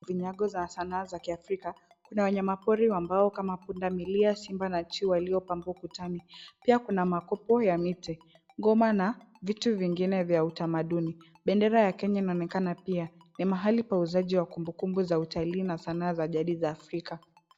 Vinyago za sanaa za kiafrika, kuna wanyama pori wa mbao kama punda milia, simba na chui waliyopambwa ukutani . Pia kuna makopo ya miti ngoma na vitu vingine vya utamaduni. Bendera ya Kenya inaonekana pia. Ni mahali pa uuzaji wa kumbukumbu za utalii na sanaa za jadi za Afrika.